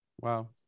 Wow